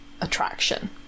attraction